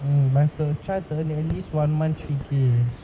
hmm must try to try to earn at least one month three K